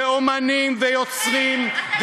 ואמנים ויוצרים,